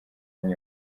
nyuma